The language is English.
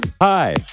Hi